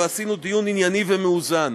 ועשינו דיון ענייני ומאוזן.